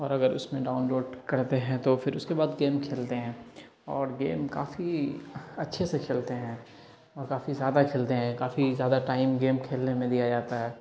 اور اگر اس میں ڈاؤن لوڈ کرتے ہیں تو پھر اس کے بعد گیم کھیلتے ہیں اور گیم کافی اچھے سے کھیلتے ہیں اور کافی زیادہ کھیلتے ہیں کافی زیادہ ٹائم گیم کھیلنے میں دیا جاتا ہے